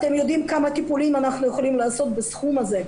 אתם יודעים כמה טיפולים אנחנו יכולים לעשות בסכום הזה?